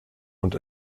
und